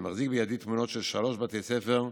אני מחזיק בידי תמונות של שלושה בתי ספר,